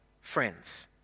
friends